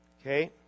Okay